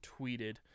tweeted